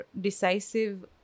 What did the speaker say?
decisive